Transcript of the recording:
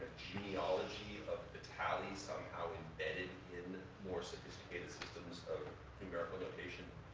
genealogy of the tallies somehow embedded in more sophisticated systems of numerical notation